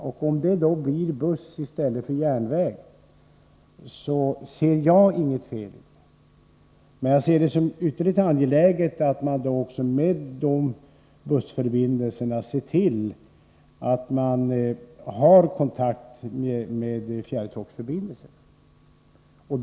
Om det då blir busstrafik i stället för järnvägstrafik, så ser jag inget fel i det. Men det är enligt min mening ytterligt angeläget att man ser till att busstrafiken i sådana fall har anslutning till fjärrtågsförbindelserna.